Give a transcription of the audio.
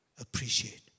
appreciate